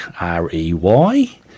R-E-Y